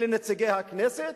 אלה נציגי הכנסת?